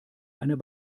einer